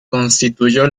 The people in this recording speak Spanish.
constituyó